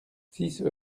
six